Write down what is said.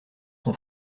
son